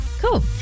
cool